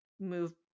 move